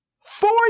Four